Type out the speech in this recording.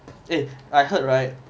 eh I heard right